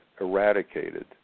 eradicated